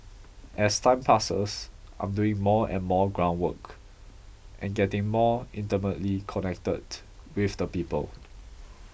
as time passes I'm doing more and more ground work and getting more intimately connected with the people